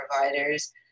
providers